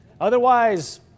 Otherwise